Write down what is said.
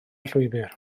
llwybr